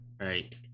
Right